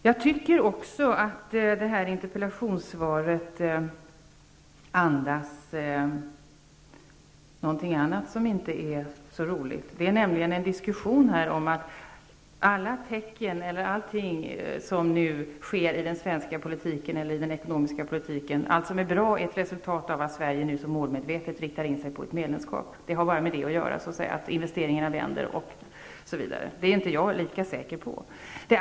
Jag tycker också att interpellationssvaret andas något annat som inte är så roligt. Det finnns nämligen en diskussion om att allt som sker i den svenska ekonomiska politiken som är bra är ett resultat av att Sverige nu så målmedvetet riktar in sig på ett medlemskap. Det sägs att det bara har med detta att göra att t.ex. investeringarna vänder. Jag är inte lika säker på det.